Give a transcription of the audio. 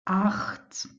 acht